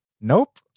Nope